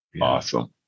Awesome